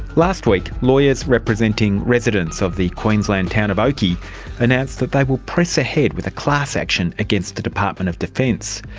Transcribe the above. last week, lawyers representing residents of the queensland town of oakey announced they will press ahead with a class action against the department of defence.